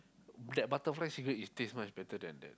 that butterfly cigarette is taste much better than that